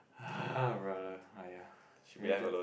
brother aiya